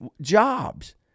jobs